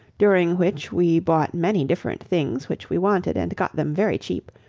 during which we bought many different things which we wanted, and got them very cheap,